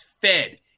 fed